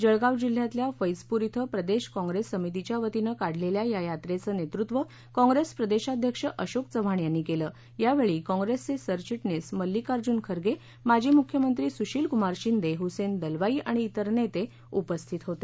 जळगाव जिल्हयातल्या फैजपुर ॐ प्रदेश कॉंग्रेस समितीच्या वतीनं काढलेल्या या यात्रेचं नेतृत्व कॉंग्रेस प्रदेश अध्यक्ष अशोक चव्हाण यांनी केलं यावेळी काँग्रेसचे सरचिटणीस मलिक्कार्जुन माजी मुख्यमंत्री सुशीलकुमार शिंदे हुसेन दलवाई आणि त्तिर नेते उपस्थित होते